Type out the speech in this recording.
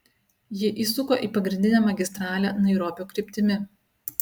ji įsuko į pagrindinę magistralę nairobio kryptimi